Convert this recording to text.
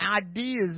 ideas